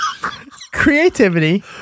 Creativity